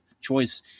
choice